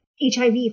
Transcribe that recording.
HIV